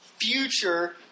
future